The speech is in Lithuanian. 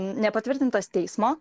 nepatvirtintas teismo